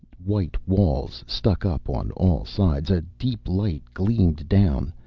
white walls stuck up on all sides. a deep light gleamed down,